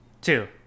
Two